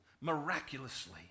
miraculously